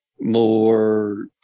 more